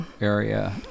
area